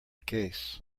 case